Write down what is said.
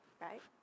right